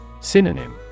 Synonym